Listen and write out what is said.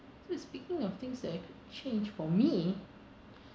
so speaking of things that I could change for me